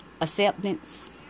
Acceptance